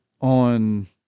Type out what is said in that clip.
on